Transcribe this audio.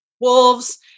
wolves